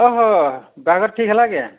ଓହୋ ବାହାଘର ଠିକ୍ ହେଲା କେ